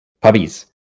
Puppies